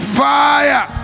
fire